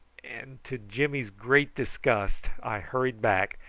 and to jimmy's great disgust i hurried back,